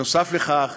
נוסף לכך,